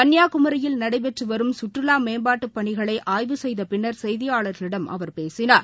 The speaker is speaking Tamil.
கன்னியாகுமரியில் ்நடைபெற்று வரும் கற்றுவா மேம்பாட்டுப் பணிகளை ஆய்வு செய்த பின்னர் செய்தியாளர்களிடம் அவர் பேசினார்